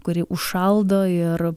kuri užšaldo ir